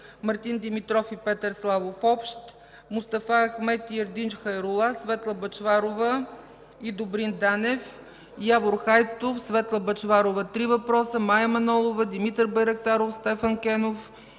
Димитров и Петър Славов – общ, Мустафа Ахмед и Ердинч Хайрула, Светла Бъчварова и Добрин Данев, Явор Хайтов, Светла Бъчварова – три въпроса, Мая Манолова, Димитър Байрактаров, Стефан Кенов,